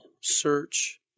search